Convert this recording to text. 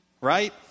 Right